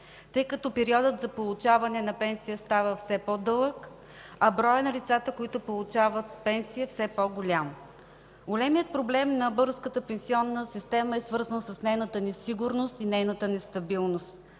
тъй като периодът за получаване на пенсия става все по-дълъг, а броят на лицата, които получават пенсия, все по-голям. Големият проблем на българската пенсионна система е свързан с нейната несигурност и нейната нестабилност.